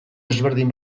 ezberdin